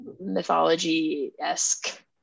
mythology-esque